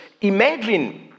imagine